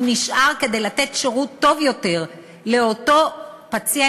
הוא נשאר כדי לתת שירות טוב יותר לאותו פציינט,